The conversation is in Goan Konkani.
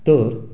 तर